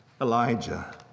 Elijah